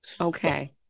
okay